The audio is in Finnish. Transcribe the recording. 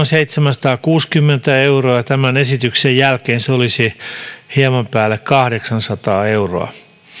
seitsemänsataakuusikymmentä euroa ja tämän esityksen jälkeen se olisi hieman päälle kahdeksansataa euroa